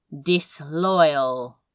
disloyal